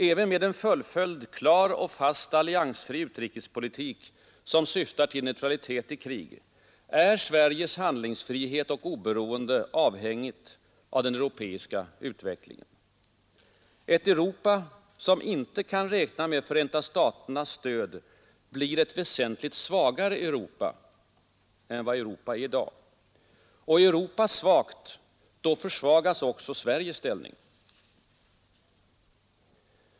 Även med en fullföljd klar och fast alliansfri utrikespolitik, som syftar till neutralitet i krig, är Sveriges handlingsfrihet och oberoende avhängigt av den europeiska utvecklingen. Ett Europa som inte kan räkna med Förenta staternas stöd blir väsentligt svagare än vad Eurropa är i dag. Är Europa svagt, försvagas också Sveriges ställning.